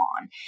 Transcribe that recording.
on